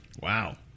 Wow